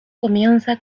comienza